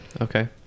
okay